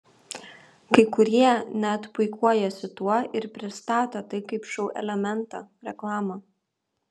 kai kurie net puikuojasi tuo ir pristato tai kaip šou elementą reklamą